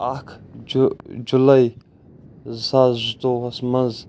اَکھ جُلے زٕ ساس زٕتوٚوہَس منٛز